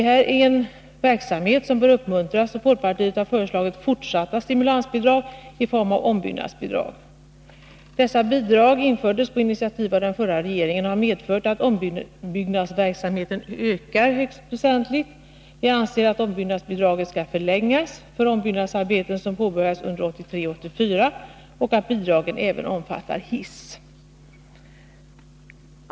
Detta är en verksamhet som bör uppmuntras, och folkpartiet har föreslagit fortsatta stimulansbidrag i form av ombyggnadsbidrag. Dessa bidrag infördes på initiativ av den förra regeringen och har medfört att ombyggnadsverksamheten ökar högst väsentligt. Vi anser att ombyggnadsbidraget skall förlängas för ombyggnadsarbeten som påbörjas under 1983-1984 och att bidraget även skall omfatta hiss.